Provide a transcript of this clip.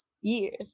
years